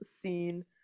scene